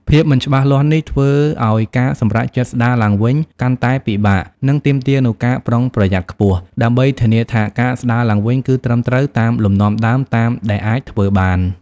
ភាពមិនច្បាស់លាស់នេះ ធ្វើឱ្យការសម្រេចចិត្តស្ដារឡើងវិញកាន់តែពិបាក និងទាមទារនូវការប្រុងប្រយ័ត្នខ្ពស់ ដើម្បីធានាថាការស្ដារឡើងវិញគឺត្រឹមត្រូវតាមលំនាំដើមតាមដែលអាចធ្វើបាន។